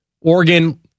Oregon